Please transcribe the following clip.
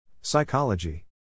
Psychology